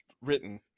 written